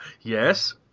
Yes